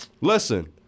listen